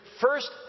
first